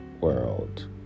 world